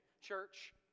church